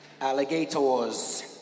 Alligators